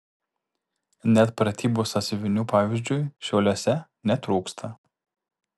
net pratybų sąsiuvinių pavyzdžiui šiauliuose netrūksta